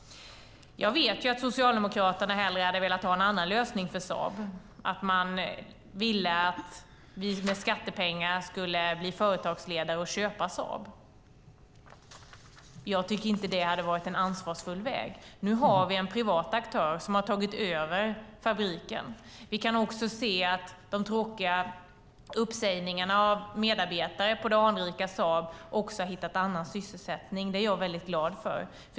Jag vet att Socialdemokraterna hellre hade velat ha en annan lösning för Saab. Man ville att vi med skattepengar skulle bli företagsledare och köpa Saab. Jag tycker inte att det hade varit en ansvarsfull väg. Nu har vi en privat aktör som har tagit över fabriken. Vi kan också se att medarbetare som drabbats av tråkiga uppsägningar på det anrika Saab har hittat annan sysselsättning. Det är jag väldigt glad för.